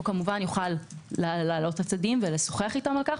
הוא יוכל להעלות את הצדדים ולשוחח איתם על כך.